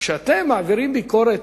כשאתם מעבירים ביקורת,